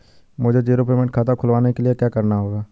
मुझे zero payment खाता खुलवाने के लिए क्या करना होगा?